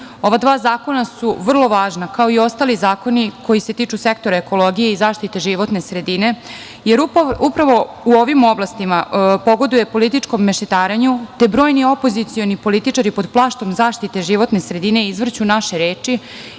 dva zakona su vrlo važna, kao i ostali zakoni koji se tiču sektora ekologije i zaštite životne sredine, jer upravo u ovim oblastima pogoduje političkom mešetarenju, te brojni opozicioni političari pod plaštom zaštite životne sredine izvrću naše reči,